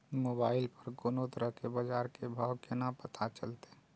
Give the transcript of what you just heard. Mobile पर कोनो तरह के बाजार के भाव केना पता चलते?